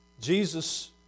Jesus